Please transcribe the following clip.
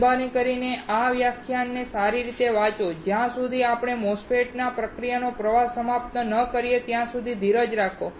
મહેરબાની કરીને આ વ્યાખ્યાનને સારી રીતે વાંચો અને જ્યાં સુધી આપણે MOSFET પ્રક્રિયાનો પ્રવાહ સમાપ્ત ન કરીએ ત્યાં સુધી થોડી ધીરજ રાખો